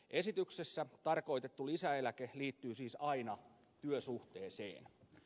esityksessä tarkoitettu lisäeläke liittyy siis aina työsuhteeseen